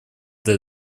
для